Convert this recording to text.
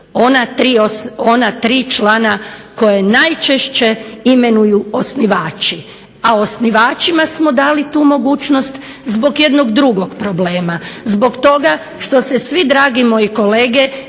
ona tri člana koje najčešće imenuju osnivači. A osnivačima smo dali tu mogućnost zbog jednog drugog problema. Zbog toga što se svi dragi moji kolege